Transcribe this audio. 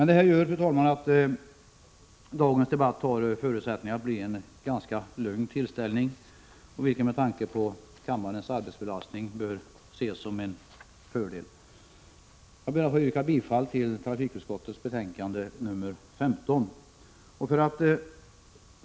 Detta gör att dagens debatt har förutsättning att bli en ganska lugn tillställning, vilket med tanke på kammarens arbetsbelastning bör ses som en fördel. Jag ber att få yrka bifall till hemställan i trafikutskottets betänkande 15.